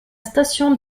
station